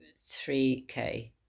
3k